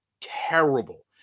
terrible